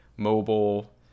mobile